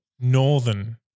northern